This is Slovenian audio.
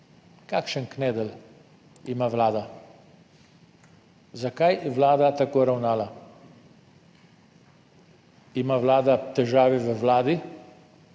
Kakšen knedl ima Vlada? Zakaj je Vlada tako ravnala? Ima Vlada težave v vladi,